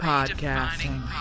Podcasting